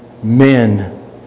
Men